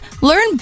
learn